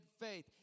faith